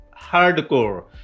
hardcore